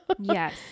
yes